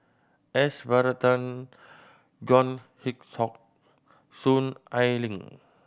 S Varathan John Hitchcock Soon Ai Ling